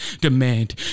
demand